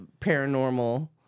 paranormal